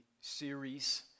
series